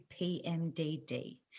PMDD